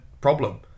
problem